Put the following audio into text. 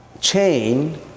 chain